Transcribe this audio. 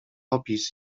opis